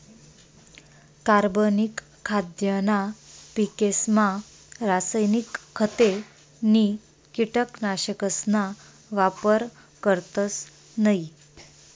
कार्बनिक खाद्यना पिकेसमा रासायनिक खते नी कीटकनाशकसना वापर करतस नयी